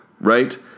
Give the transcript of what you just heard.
right